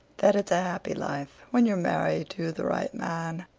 that it's a happy life, when you're married to the right man.